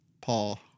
Paul